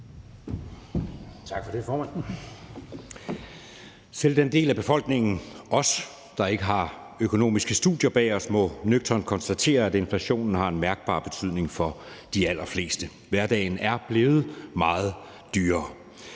os – den del af befolkningen, der ikke har økonomiske studier bag sig – må nøgternt konstatere, at inflationen har en mærkbar betydning for de allerfleste; hverdagen er blevet meget dyrere.